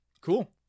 Cool